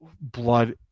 blood